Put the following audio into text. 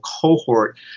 cohort